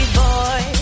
boy